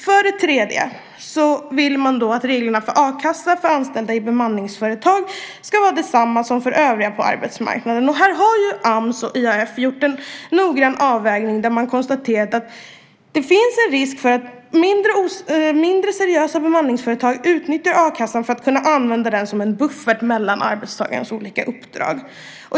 För det tredje vill man att reglerna för a-kassa för anställda i bemanningsföretag ska vara desamma som för övriga på arbetsmarknaden. Här har Ams och IAF gjort en noggrann avvägning där man konstaterat att det finns en risk för att mindre seriösa bemanningsföretag utnyttjar a-kassan för att kunna använda den som en buffert mellan arbetstagarens olika uppdrag.